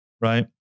right